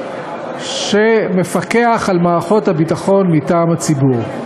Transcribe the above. כמעט שמפקח על מערכות הביטחון מטעם הציבור.